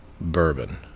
bourbon